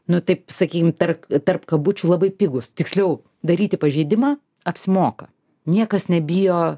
nu taip sakykim tarp tarp kabučių labai pigūs tiksliau daryti pažeidimą apsimoka niekas nebijo